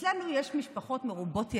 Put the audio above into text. אצלנו יש משפחות מרובות ילדים,